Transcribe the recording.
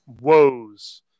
woes